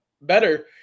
better